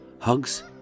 hugs